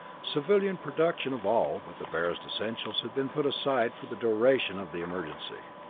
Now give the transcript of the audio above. civilian production of all but the barest essentials had been put aside for the duration of the emergency.